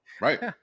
Right